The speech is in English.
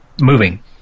moving